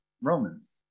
Romans